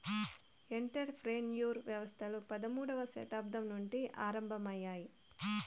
enter ప్రెన్యూర్ వ్యవస్థలు పదమూడవ శతాబ్దం నుండి ఆరంభమయ్యాయి